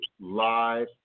live